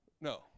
No